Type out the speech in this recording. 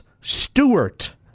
Stewart